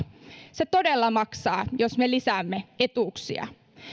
se todella maksaa jos me lisäämme etuuksia